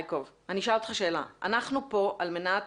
אנחנו פה על מנת